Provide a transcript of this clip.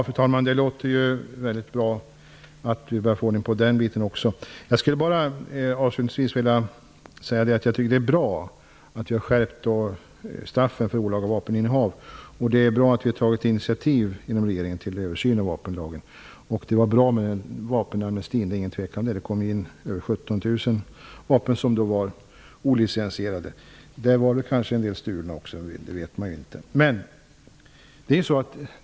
Fru talman! Det låter väldigt bra. Jag skulle avslutningsvis vilja säga att jag tycker att det är bra med skärpt straff för olaga vapeninnehav. Det är bra att man inom regeringen har tagit initiativ till översyn av vapenlagen. Det var bra med vapenamnesti, det är ingen tvekan om det. Det fördes in över 17 000 vapen som var olicensierade, en del av dem kanske stulna.